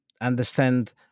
understand